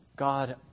God